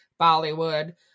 bollywood